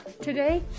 today